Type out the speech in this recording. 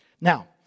Now